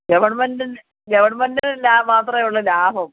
ഗവൺമെൻറ്റിൻ്റെ ഗവൺമെൻറ്റിന് മാത്രേയുള്ളു ലാഭം